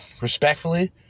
respectfully